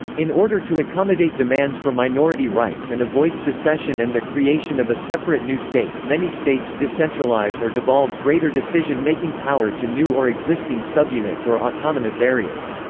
in order to accommodate demands for minority rights and avoid secession and the creation of a separate new state, many states decentralize or devolve greater decision-making power to new or existing subunits or autonomous areas.